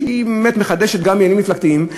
שהיא באמת מחדשת גם עניינים מפלגתיים,